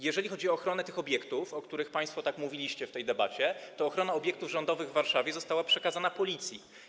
Jeżeli chodzi o ochronę obiektów, o których państwo tak mówiliście w tej debacie, to ochrona obiektów rządowych w Warszawie została przekazana Policji.